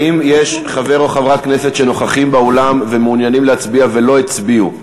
האם יש חבר או חברת כנסת שנוכחים באולם ומעוניינים להצביע ולא הצביעו?